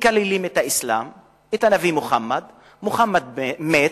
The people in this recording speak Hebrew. מקללים את האסלאם, את הנביא מוחמד, מוחמד מת,